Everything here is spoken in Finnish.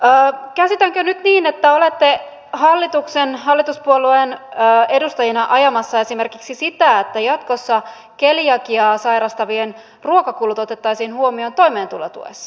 käsitänkö nyt niin että olette hallituksen hallituspuolueen edustajana ajamassa esimerkiksi sitä että jatkossa keliakiaa sairastavien ruokakulut otettaisiin huomioon toimeentulotuessa